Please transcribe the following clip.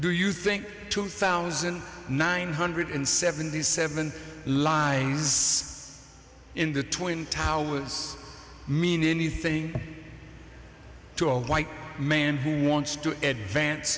do you think two thousand nine hundred seventy seven laing's in the twin towers mean anything to a white man who wants to advance